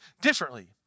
differently